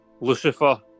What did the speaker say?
Lucifer